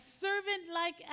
servant-like